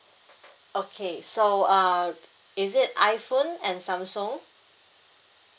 okay so uh is it iphone and samsung